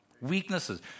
weaknesses